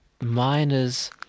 miners